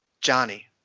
Johnny